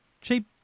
cheap